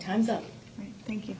time's up thank you